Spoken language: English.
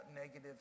negative